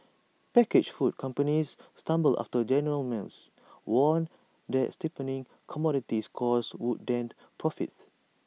packaged food companies stumbled after general mills warned that steepening commodities costs would dent profits